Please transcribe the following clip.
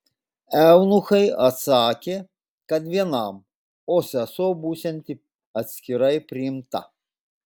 eunuchai atsakė kad vienam o sesuo būsianti atskirai priimta